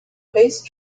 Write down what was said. peace